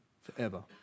forever